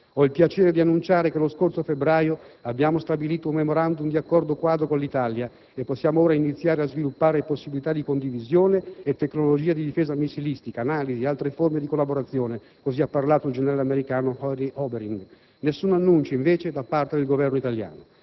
«Ho il piacere di annunciare che lo scorso febbraio abbiamo stabilito un *memorandum* di Accordo quadro con l'Italia e possiamo ora iniziare a sviluppare possibilità di condivisione, tecnologie di difesa missilistica, analisi, e altre forme di collaborazione». Così ha parlato il generale americano Henry Obering. Nessun annuncio, invece, da parte del Governo italiano.